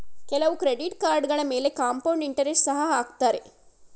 ಕೆಲವು ಕ್ರೆಡಿಟ್ ಕಾರ್ಡುಗಳ ಮೇಲೆ ಕಾಂಪೌಂಡ್ ಇಂಟರೆಸ್ಟ್ ಸಹ ಹಾಕತ್ತರೆ